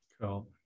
Cool